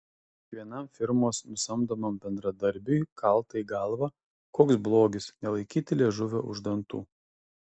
kiekvienam firmos nusamdomam bendradarbiui kalta į galvą koks blogis nelaikyti liežuvio už dantų